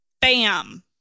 bam